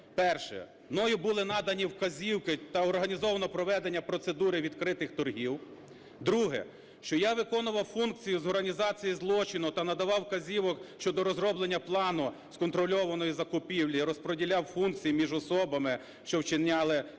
перше – мною були надані вказівки та організовано проведення процедури відкритих торгів; друге – що я виконував функцію з організації злочину та надавав вказівки щодо розроблення плану з контрольованої закупівлі, розподіляв функції між особами, що вчиняли